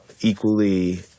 equally